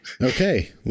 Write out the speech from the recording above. Okay